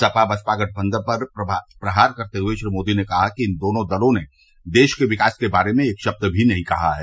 सपा बसपा गठबंधन पर प्रहार करते हुए श्री मोदी ने कहा कि इन दोनों दलों ने देश के विकास के बारे में एक शब्द भी नहीं कहा है